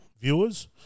viewers